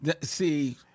See